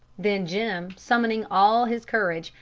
then jim, summoning all his courage,